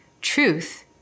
Truth